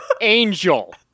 Angel